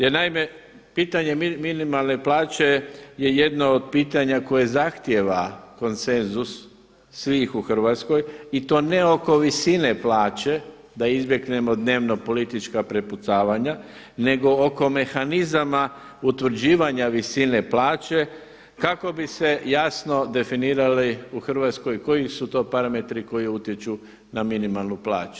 Jer naime, pitanje minimalne plaće je jedno od pitanja koje zahtjeva konsenzus svih u Hrvatskoj i to ne oko visine plaće da izbjegnemo dnevnopolitička prepucavanja nego oko mehanizama utvrđivanja visine plaće kako bi se jasno definirali u Hrvatskoj koji su to parametri koji utječu na minimalnu plaću.